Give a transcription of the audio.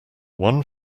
one